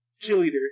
cheerleader